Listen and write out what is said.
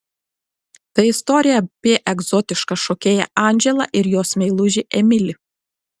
tai istorija apie egzotišką šokėją andželą ir jos meilužį emilį